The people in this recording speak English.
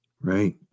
Right